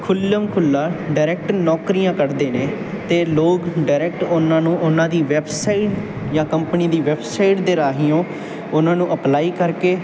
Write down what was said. ਖੁੱਲ੍ਹਮ ਖੁੱਲ੍ਹਾ ਡਾਇਰੈਕਟ ਨੌਕਰੀਆਂ ਕੱਢਦੇ ਨੇ ਅਤੇ ਲੋਕ ਡਾਇਰੈਕਟ ਉਹਨਾਂ ਨੂੰ ਉਹਨਾਂ ਦੀ ਵੈੱਬਸਾਈਟ ਜਾਂ ਕੰਪਨੀ ਦੀ ਵੈੱਬਸਾਈਟ ਦੇ ਰਾਹੀਂ ਉਹ ਉਹਨਾਂ ਨੂੰ ਅਪਲਾਈ ਕਰਕੇ